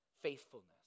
faithfulness